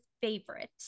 favorite